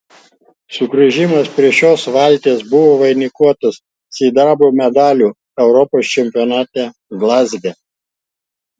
sugrįžimas prie šios valties buvo vainikuotas sidabro medaliu europos čempionate glazge